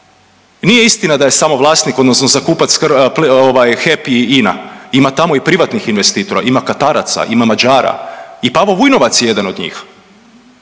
Nije istina da je samo vlasnik odnosno zakupac HEP i INA, ima tamo i privatnih investitora, ima Kataraca, ima Mađara. I Pavao Vujnovac je jedan od njih.